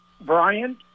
Brian